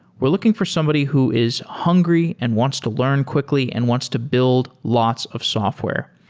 we're looking for somebody who is hungry and wants to learn quickly and wants to build lots of software.